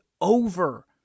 over